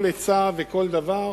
כל עצה וכל דבר,